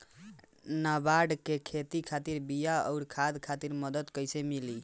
नाबार्ड से खेती खातिर बीया आउर खाद खातिर मदद कइसे मिली?